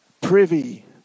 privy